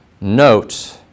Note